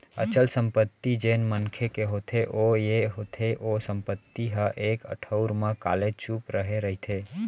अचल संपत्ति जेन मनखे के होथे ओ ये होथे ओ संपत्ति ह एक ठउर म कलेचुप रहें रहिथे